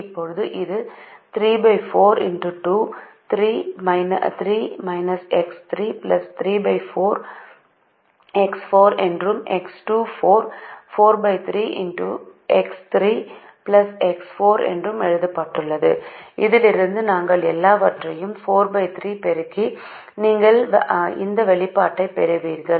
இப்போது இது 34 X 2 3 X 3 34 X4 என்றும் X2 4 43 X3 X 4 என்றும் எழுதப்பட்டுள்ளது இதிலிருந்து நீங்கள் எல்லாவற்றையும் 43 பெருக்கி நீங்கள் இந்த வெளிப்பாட்டைப் பெறுவீர்கள்